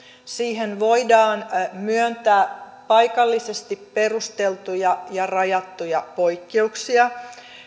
siihen voidaan myöntää paikallisesti perusteltuja ja ja rajattuja poikkeuksia